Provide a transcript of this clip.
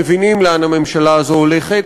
מבינים לאן הממשלה הזאת הולכת,